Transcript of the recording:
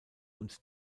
und